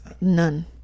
none